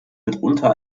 mitunter